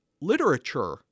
literature